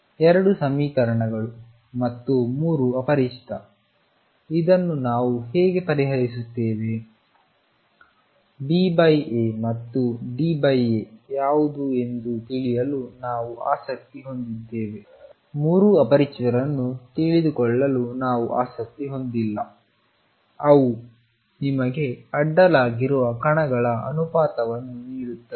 ಎರಡು ಸಮೀಕರಣಗಳು ಮತ್ತು ಮೂರು ಅಪರಿಚಿತ ಇದನ್ನು ನಾವು ಹೇಗೆ ಪರಿಹರಿಸುತ್ತೇವೆ BA ಮತ್ತು DA ಯಾವುದು ಎಂದು ತಿಳಿಯಲು ನಾವು ಆಸಕ್ತಿ ಹೊಂದಿದ್ದೇವೆ ಮೂರೂ ಅಪರಿಚಿತರನ್ನು ತಿಳಿದುಕೊಳ್ಳಲು ನಾವು ಆಸಕ್ತಿ ಹೊಂದಿಲ್ಲ ಅವು ನಿಮಗೆ ಅಡ್ಡಲಾಗಿರುವ ಕಣಗಳ ಅನುಪಾತವನ್ನು ನೀಡುತ್ತದೆ